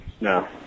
No